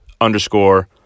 underscore